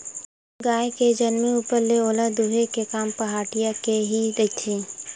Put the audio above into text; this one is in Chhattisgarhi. गाय के जनमे ऊपर ले ओला दूहे के काम पहाटिया के ही रहिथे